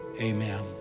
amen